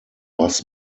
buzz